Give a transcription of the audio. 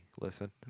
listen